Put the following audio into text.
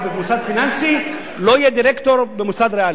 במוסד פיננסי לא יהיה דירקטור במוסד ריאלי.